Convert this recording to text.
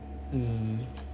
mm